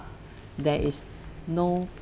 there is no